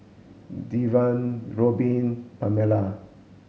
Devin Robin Pamelia